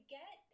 get